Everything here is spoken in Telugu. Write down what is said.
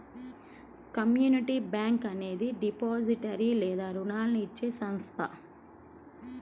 కమ్యూనిటీ బ్యాంక్ అనేది డిపాజిటరీ లేదా రుణాలు ఇచ్చే సంస్థ